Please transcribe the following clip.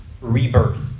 rebirth